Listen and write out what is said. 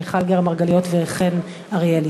מיכל מרגליות וחן אריאלי.